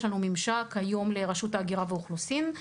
יש לנו היום ממשק לרשות האוכלוסין וההגירה,